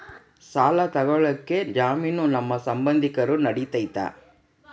ಸಾಲ ತೊಗೋಳಕ್ಕೆ ಜಾಮೇನು ನಮ್ಮ ಸಂಬಂಧಿಕರು ನಡಿತೈತಿ?